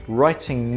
writing